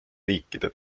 riikide